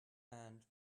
and